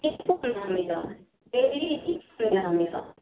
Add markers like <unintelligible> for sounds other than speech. <unintelligible>